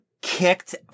kicked